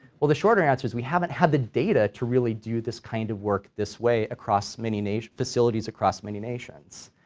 well the shorter answer is we haven't had the data to really do this kind of work this way across many nat, facilities across many nations.